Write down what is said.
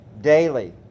daily